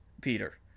Peter